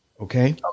Okay